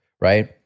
right